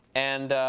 and